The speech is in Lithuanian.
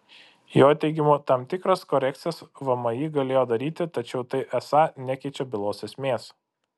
jo teigimu tam tikras korekcijas vmi galėjo daryti tačiau tai esą nekeičia bylos esmės